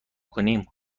کنیم